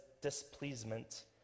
displeasement